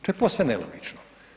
To je posve nelogično.